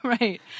Right